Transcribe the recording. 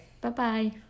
Bye-bye